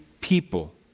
people